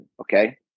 Okay